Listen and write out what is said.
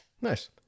Nice